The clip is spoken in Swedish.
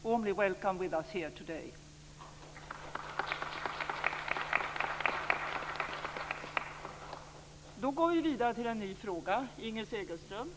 Warmly welcome with us here today!